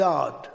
God